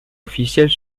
officielle